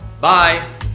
Bye